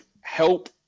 help